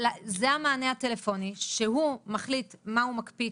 זה המענה הטלפוני שהוא מחליט מה הוא מקפיץ,